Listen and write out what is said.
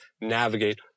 navigate